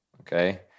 Okay